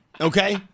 Okay